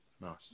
nice